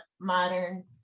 modern